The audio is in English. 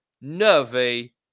nervy